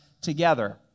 together